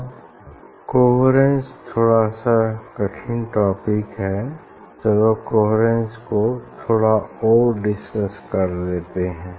अब कोहेरेन्स थोड़ा सा कठिन टॉपिक है चलो कोहेरेन्स को थोड़ा और डिसकस करते हैं